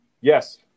yes